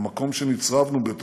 למקום שנצרבנו בתוכו.